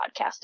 podcasting